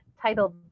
titled